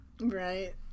Right